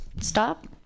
stop